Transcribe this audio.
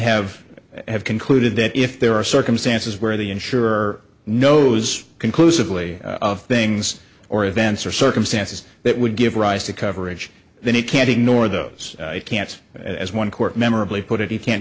have have concluded that if there are circumstances where the insurer knows conclusively of things or events or circumstances that would give rise to coverage then he can't ignore those can't as one court memorably put it he can't